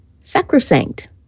Sacrosanct